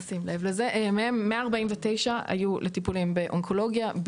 כ-149 היו לטיפולים באונקולוגיה,